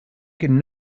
can